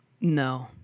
No